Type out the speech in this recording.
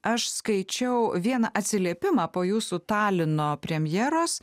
aš skaičiau vieną atsiliepimą po jūsų talino premjeros